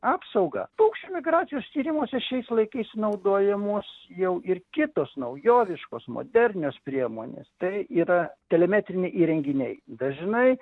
apsaugą paukščių migracijos tyrimuose šiais laikais naudojamos jau ir kitos naujoviškos modernios priemonės tai yra telemetriniai įrenginiai dažnai